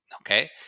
okay